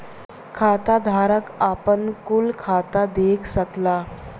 खाताधारक आपन कुल खाता देख सकला